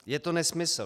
Je to nesmysl.